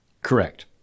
correct